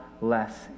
less